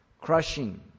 crushing